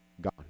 gone